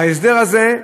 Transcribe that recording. ההסדר הזה,